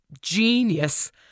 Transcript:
genius